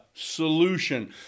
Solution